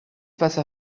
face